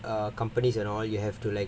err companies and all you have to like